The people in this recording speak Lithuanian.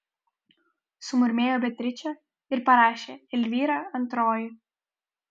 sumurmėjo beatričė ir parašė elvyra antroji